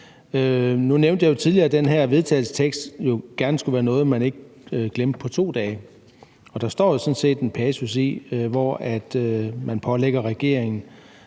Nu nævnte jeg jo tidligere, at den her vedtagelsestekst jo gerne skulle være noget, man ikke glemte på 2 dage. Der er jo sådan set en passus, hvor man pålægger regeringen,